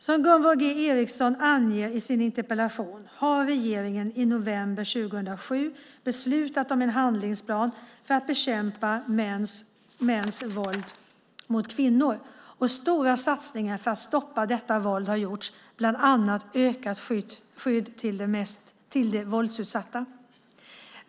Som Gunvor G Ericson anger i sin interpellation har regeringen i november 2007 beslutat om en handlingsplan för att bekämpa mäns våld mot kvinnor, och stora satsningar för att stoppa detta våld har gjorts, bland annat ökat skydd till de våldsutsatta.